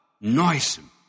noisome